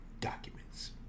documents